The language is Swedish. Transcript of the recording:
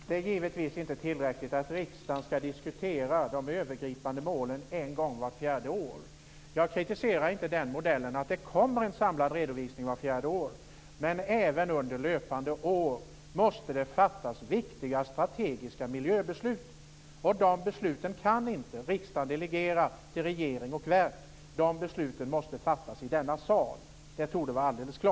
Herr talman! Det är givetvis inte tillräckligt att riksdagen skall diskutera de övergripande målen en gång vart fjärde år. Jag kritiserar inte modellen att det kommer en samlad redovisning vart fjärde år, men det måste även under löpande år fattas viktiga strategiska miljöbeslut. De besluten kan riksdagen inte delegera till regering och verk, utan det torde vara alldeles klart att de besluten måste fattas i denna sal.